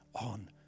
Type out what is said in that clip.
on